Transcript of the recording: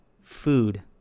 food